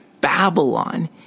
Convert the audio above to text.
Babylon